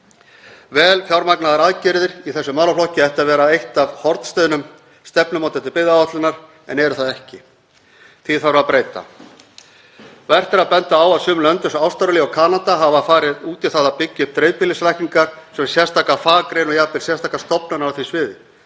Vel fjármagnaðar aðgerðir í þessum málaflokki ættu að vera einn af hornsteinum stefnumótandi byggðaáætlunar en eru það ekki. Því þarf að breyta. Vert er að benda á að sum lönd, eins og Ástralía og Kanada, hafa farið út í það að byggja upp dreifbýlislækningar sem sérstaka faggrein og jafnvel sérstaka stofnun á því sviði.